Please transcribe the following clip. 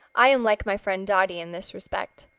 i am like my friend dotty in this respect.